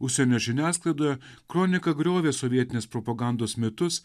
užsienio žiniasklaidoje kronika griovė sovietinės propagandos mitus